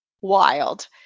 wild